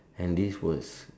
and this was